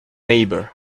neighbor